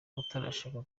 utarashaka